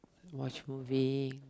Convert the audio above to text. watch movie